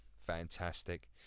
fantastic